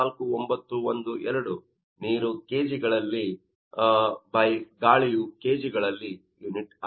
04912 ನೀರು kg ಗಳಲ್ಲಿ by ಗಾಳಿಯು kg ಗಳಲ್ಲಿ ಯೂನಿಟ ಆಗಿದೆ